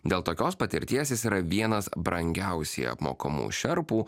dėl tokios patirties jis yra vienas brangiausiai apmokamų šerpų